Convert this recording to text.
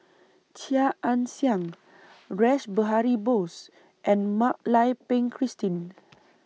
Chia Ann Siang Rash Behari Bose and Mak Lai Peng Christine